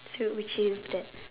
so which is that